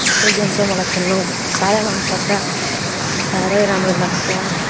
त्यही गेम चाहिँ मलाई खेल्नु साह्रै मन पर्छ साह्रै राम्रो लाग्छ